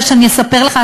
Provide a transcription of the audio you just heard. אלא שאני אספר לך,